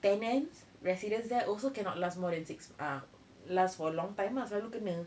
tenants residents there also cannot last more than six ah last for long time lah selalu kena